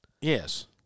Yes